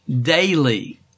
daily